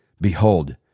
Behold